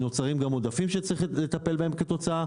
נוצרים גם עודפים שצריך לטפל בהם כתוצאה